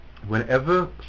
Whenever